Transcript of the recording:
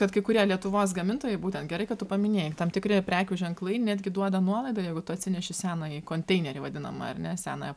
bet kai kurie lietuvos gamintojai būtent gerai kad tu paminėjai tam tikri prekių ženklai netgi duoda nuolaidą jeigu tu atsineši senąjį konteinerį vadinamą ar ne senąją